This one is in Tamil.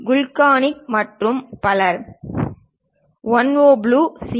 குல்கர்னி மற்றும் பலர் ஒன்வோப்லு சி